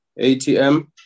ATM